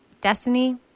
Destiny